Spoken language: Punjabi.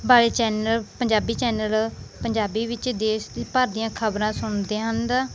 ਵਾਲੇ ਚੈਨਲ ਪੰਜਾਬੀ ਚੈਨਲ ਪੰਜਾਬੀ ਵਿੱਚ ਦੇਸ਼ ਭਰ ਦੀਆਂ ਖ਼ਬਰਾਂ ਸੁਣਦੇ ਹਨ